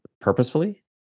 Purposefully